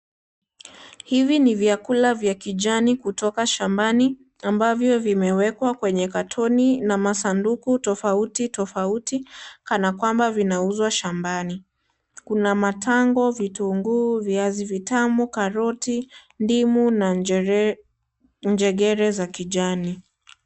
Hivi ni vyakula vya kijani kutoka shambani, ambavyo vimewekwa kwenye katoni na masanduku tofauti tofauti. Kana kwamba vinauzwa shambani. Kuna matango, vitunguu, viazi vitamu, karoti, ndimu na njegere za kijani.